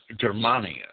Germania